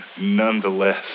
nonetheless